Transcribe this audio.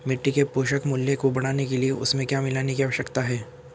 मिट्टी के पोषक मूल्य को बढ़ाने के लिए उसमें क्या मिलाने की आवश्यकता है?